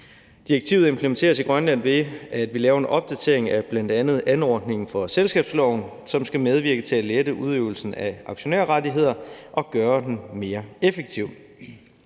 Direktivet implementeres i Grønland, ved at vi laver en opdatering af bl.a. anordningen for selskabsloven, som skal medvirke til at lette udøvelsen af aktionærrettigheder og gøre den mere effektiv.